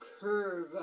curve